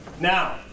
Now